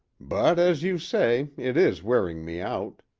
but, as you say, it is wearing me out.